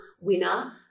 winner